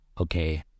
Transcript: okay